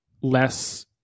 less